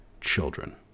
children